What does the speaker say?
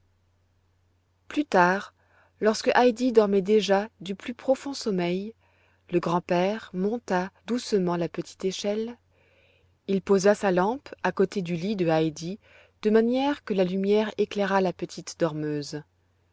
plus tard lorsque heidi dormait déjà du plus profond sommeil le grand-père monta doucement là petite échelle il posa sa lampe à côté du lit de heidi de manière que la lumière éclairât la petite dormeuse